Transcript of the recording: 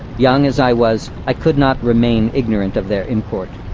young as i was, i could not remain ignorant of their import.